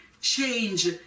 change